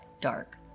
dark